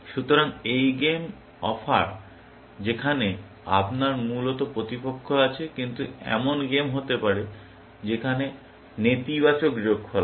সুতরাং এই game offer যেখানে আপনার মূলত প্রতিপক্ষ আছে কিন্তু এমন গেম হতে পারে যখন নেতিবাচক যোগফল আছে